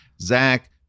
Zach